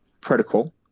protocol